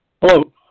Hello